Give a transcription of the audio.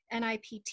NIPT